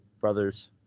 brothers